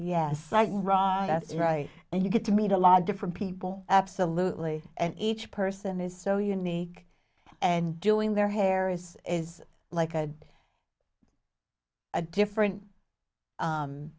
yes that's right and you get to meet a lot of different people absolutely and each person is so unique and doing their hair is is like a a different